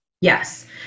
Yes